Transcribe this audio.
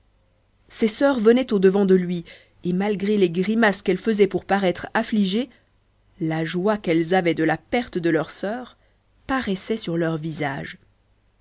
ses sœurs venaient au-devant de lui et malgré les grimaces qu'elles faisaient pour paraître affligées la joie qu'elles avaient de la perte de leur sœur paraissait sur leur visage